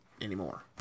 anymore